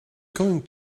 going